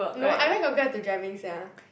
no I where got Grab to driving sia